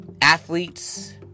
athletes